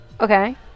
okay